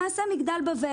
למעשה מגדל בבל